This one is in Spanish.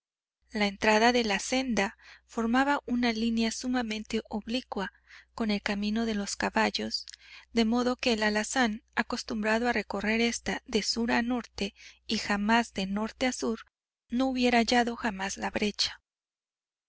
la entrada de la senda formaba una línea sumamente oblicua con el camino de los caballos de modo que el alazán acostumbrado a recorrer ésta de sur a norte y jamás de norte a sur no hubiera hallado jamás la brecha